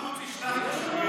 שר החוץ ישלח את השגריר,